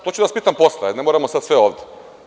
To ću da vas pitam posle, ne moramo sada sve ovde.